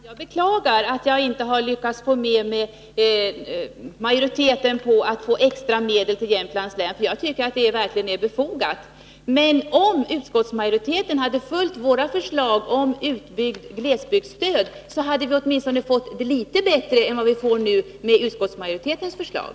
Fru talman! Jag beklagar att jag inte har lyckats få med mig majoriteten på förslaget att ge extra medel till Jämtlands län, för jag tycker att det förslaget verkligen är befogat. Men om utskottsmajoriteten hade följt våra förslag om ett utbyggt glesbygdsstöd hade vi åtminstone fått det litet bättre än vad vi får nu med utskottsmajoritetens förslag.